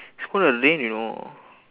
super lame you know